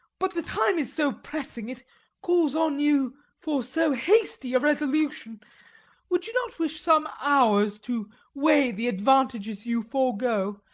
but the time is so pressing, it calls on you for so hasty a resolution would you not wish some hours to weigh the advantages you forego,